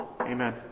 Amen